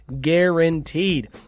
guaranteed